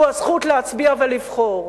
הוא הזכות להצביע ולבחור.